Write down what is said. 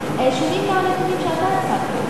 שונים מהנתונים שאתה הצגת.